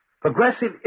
Progressive